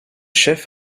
chefs